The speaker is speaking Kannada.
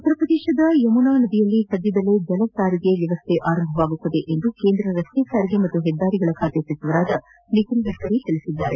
ಉತ್ತರ ಪ್ರದೇಶದ ಯಮುನಾ ನದಿಯಲ್ಲಿ ಸದ್ಯದಲ್ಲೇ ಜಲ ಸಾರಿಗೆ ಆರಂಭವಾಗಲಿದೆ ಎಂದು ಕೇಂದ್ರ ರಸ್ತೆ ಸಾರಿಗೆ ಮತ್ತು ಹೆದ್ದಾರಿ ಸಚಿವ ನಿತಿನ್ ಗಡ್ಕರಿ ಹೇಳಿದ್ದಾರೆ